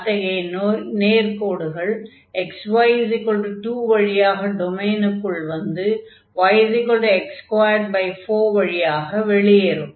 அத்தகைய நேர்க்கோடுகள் xy2 வழியாக டொமைனுக்குள் வந்து yx24 வழியாக வெளியேறும்